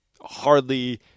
hardly